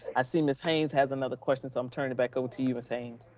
i see ms. haynes has another question. so i'm turning it back over to you ms. haynes,